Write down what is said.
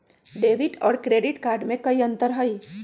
Debit और credit card में कई अंतर हई?